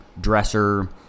Dresser